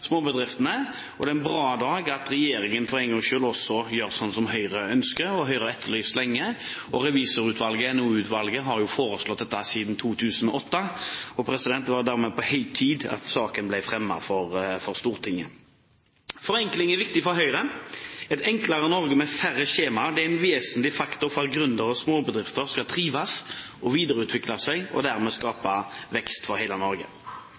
småbedriftene, og det er bra at regjeringen for en gangs skyld også gjør som Høyre ønsker, og som Høyre har etterlyst lenge. Revisorutvalget, NHO-utvalget, foreslo jo dette i 2008. Det var dermed på høy tid at saken ble fremmet for Stortinget. Forenkling er viktig for Høyre. Et enklere Norge med færre skjemaer er en vesentlig faktor for at gründere og småbedrifter skal trives og videreutvikle seg, og dermed skape vekst for